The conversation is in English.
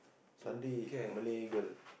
Sunday Malay girl